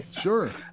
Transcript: Sure